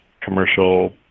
commercial